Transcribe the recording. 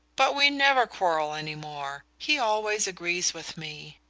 but we never quarrel any more he always agrees with me.